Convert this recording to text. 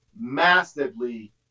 massively